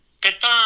Goodbye